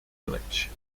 village